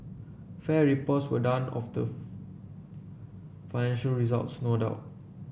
fair reports were done of the financial results no doubt